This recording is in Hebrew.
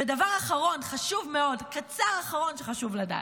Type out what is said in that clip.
ודבר אחרון חשוב מאוד, קצר, אחרון, שחשוב לדעת,